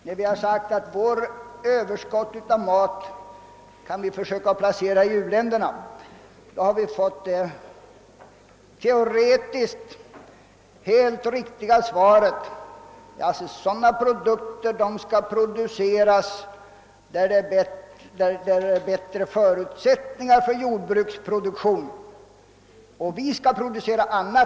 När vi sagt, att Sverige bör försöka placera sitt överskott av mat i u-länderna, har vi fått det teoretiskt helt riktiga svaret, att sådana produkter skall framställas där förutsättningarna är bättre; vårt land bör producera helt andra varor och ge dessa till u-länderna.